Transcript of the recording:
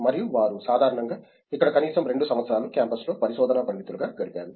మరియు వారు సాధారణంగా ఇక్కడ కనీసం 2 సంవత్సరాలు క్యాంపస్లో పరిశోధనా పండితులుగా గడిపారు